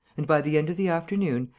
and, by the end of the afternoon,